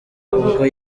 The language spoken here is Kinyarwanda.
ubwo